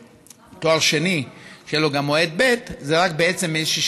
בתואר שני שיהיה גם להם מועד ב' זה רק איזושהי